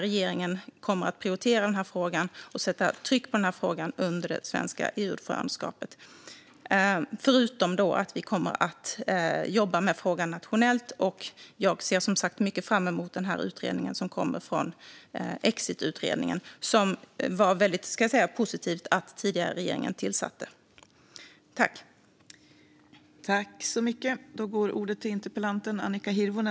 Regeringen kommer att prioritera och sätta tryck på frågan under det svenska EU-ordförandeskapet, förutom att vi kommer att jobba med frågan nationellt. Jag ser som sagt mycket fram emot resultatet av exitutredningen, som det är positivt att den tidigare regeringen tillsatte.